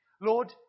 Lord